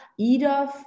EDOF